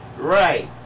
Right